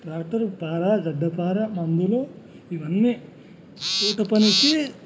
tractor పార గడ్డపార మందులు ఇవన్నీ పూట పనికి